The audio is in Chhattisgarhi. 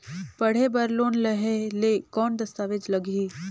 पढ़े बर लोन लहे ले कौन दस्तावेज लगही?